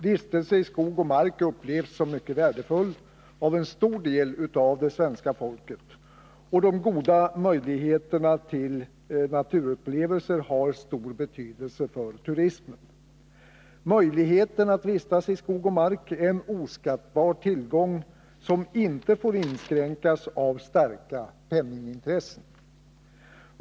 Vistelse i skog och mark upplevs som mycket värdefull av en stor del av det svenska folket, och de goda möjligheterna till naturupplevelser har stor betydelse för turismen. Möjligheten att vistas i skog och mark är en oskattbar tillgång, som inte får inskränkas av starka penningintressen.